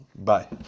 Bye